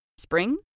Spring